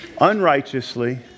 unrighteously